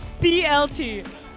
BLT